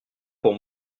pour